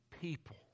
people